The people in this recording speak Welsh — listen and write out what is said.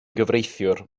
gyfreithiwr